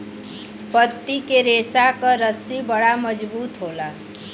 पत्ती के रेशा क रस्सी बड़ा मजबूत होला